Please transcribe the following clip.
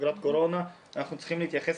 בשגרת קורונה אנחנו צריכים להתייחס